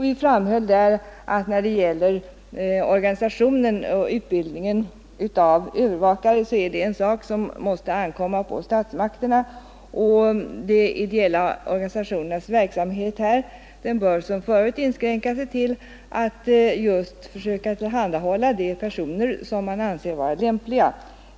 Vi framhöll då att frågor rörande organisationen och utbildningen av övervakare är saker som måste ankomma på statsmakterna, varför de ideella organisationernas verksamhet här som förut bör inskränka sig till att just försöka tillhandahålla personer som man anser vara lämpliga.